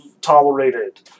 tolerated